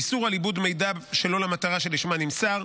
איסור על עיבוד מידע שלא למטרה שלשמה נמסר,